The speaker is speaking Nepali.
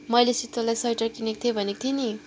मैले अस्ति तँलाई स्वेटर किनेको थिएँ भनेको थिएँ नि